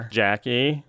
jackie